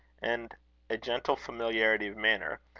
and a gentle familiarity of manner,